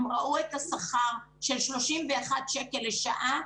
הם ראו את השכר של 31 שקל לשעה,